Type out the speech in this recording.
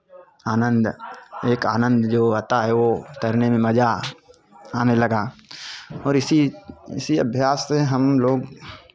आनंद एक आनंद जो आता है वो तैरने में मज़ा आने लगा और इसी इसी अभ्यास से हमलोग